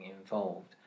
involved